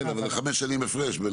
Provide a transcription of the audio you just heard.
אבל חמש שנים הפרש.